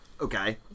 Okay